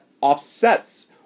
offsets